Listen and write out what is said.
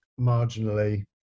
marginally